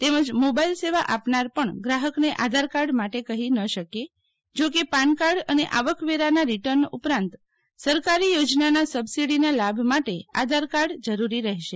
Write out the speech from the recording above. તેમજ માેબાઇલ સેવા આપનાર પણ ગ્રાહકને આધાર કાર્ડ માટે કહી ન શકે જો કે પાનકાર્ડ અને આવકવેરાના રીટર્ન ઉપરાંત સરકારી યોજનાના સબસીડીના લાભ માટે આધારકાર્ડ જરૂરી રહેશે